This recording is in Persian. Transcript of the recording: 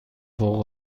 فوق